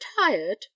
Tired